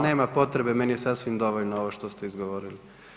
Nema potrebe meni je sasvim dovoljno ovo što ste izgovorili.